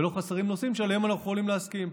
ולא חסרים נושאים שעליהם אנחנו יכולים להסכים.